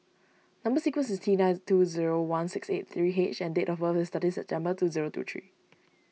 Number Sequence is T nine two zero one six eight three H and date of birth is thirteen September two zero two three